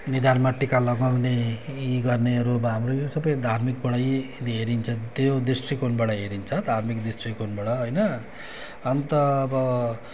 निधारमा टिका लगाउने यी गर्नेहरू अब हाम्रो यो सबै धार्मिकबाटै हेदि हेरिन्छन् त्यो दृष्टिकोणबाट हेरिन्छ धार्मिक दृष्टिकोणबाट होइन अन्त अब